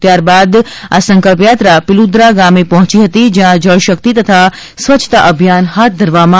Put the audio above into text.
ત્યારબાદ આ સંકલ્પયાત્રા પિલુદ્રા ગામે પહોંચી હતી જ્યાં જળશક્તિ તથા સ્વચ્છતા અભિયાન હાથ ધરવામાં આવ્યુ હતું